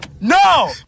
no